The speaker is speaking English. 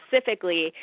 specifically